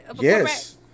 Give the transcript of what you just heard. Yes